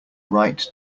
right